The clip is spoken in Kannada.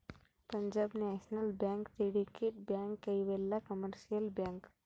Punjab national bank syndicate bank ಇವೆಲ್ಲ ಕಮರ್ಶಿಯಲ್ ಬ್ಯಾಂಕ್